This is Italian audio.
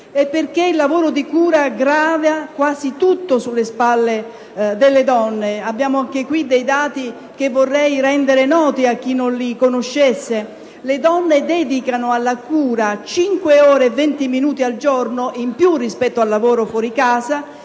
e perché il lavoro di cura grava quasi tutto sulle spalle delle donne. Anche in proposito abbiamo dati che vorrei rendere noti a chi non li conoscesse: le donne dedicano alla cura 5 ore e 20 minuti al giorno in più rispetto al lavoro fuori casa,